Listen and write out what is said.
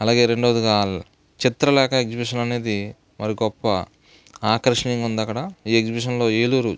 అలాగే రెండవదిగా చిత్రలేఖ ఎగ్జిబిషన్ అనేది మరో గొప్ప ఆకర్షణీయంగా ఉంది అక్కడ ఈ ఎగ్జిబిషన్లో ఏలూరు